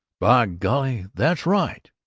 by golly, that's right!